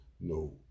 no